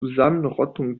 zusammenrottung